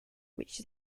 which